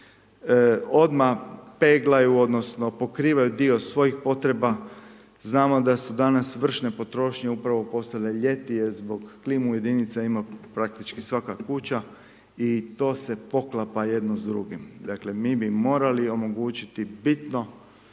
odmah peglaju odnosno pokrivaju dio svojih potreba, znamo da su danas vršne potrošnje upravo postale ljeti jer zbog klimnu jedinicu ima praktičku svaka kuća i to se poklapa jedno s drugim, dakle mi bi morali omogućiti bitno